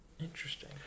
Interesting